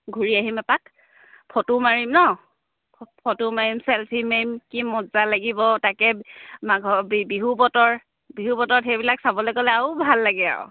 ঘূৰি আহিম এপাক ফটো মাৰিম নহ্ ফটো মাৰিম চেল্ফি মাৰিম কি মজ্জা লাগিব তাকে মাঘৰ বি বিহু বতৰ বিহু বতৰত সেইবিলাক চাবলৈ গ'লে আৰু ভাল লাগে আৰু